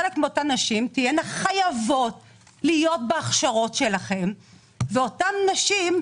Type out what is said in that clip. חלק מאותן נשים תהיינה חייבות להיות בהכשרות שלכם ואותן נשים,